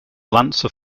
lancer